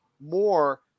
more